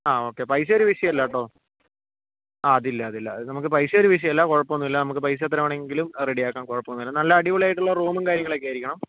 ആ ഓക്കേ പൈസ ഒരു വിഷയം അല്ല കേട്ടോ ആ അതില്ല അതില്ല നമുക്ക് പൈസ ഒരു വിഷയമല്ല കുഴപ്പമൊന്നുമില്ല നമുക്ക് പൈസ എത്ര വേണമെങ്കിലും റെഡി ആക്കാം കുഴപ്പമൊന്നുമില്ല നല്ല അടിപൊളിയായിട്ടുള്ള റൂമും കാര്യങ്ങളൊക്കെ ആയിരിക്കണം